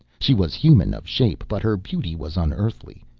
she was human of shape, but her beauty was unearthly.